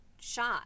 Shot